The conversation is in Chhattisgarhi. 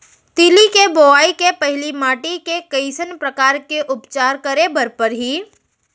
तिलि के बोआई के पहिली माटी के कइसन प्रकार के उपचार करे बर परही?